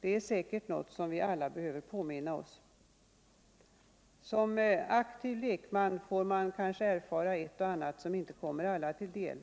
Det är säkert något som vi alla behöver påminna Oss. Som aktiv lekman får man kanske erfara ett och annat som inte kommer alla till del.